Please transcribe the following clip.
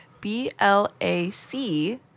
B-L-A-C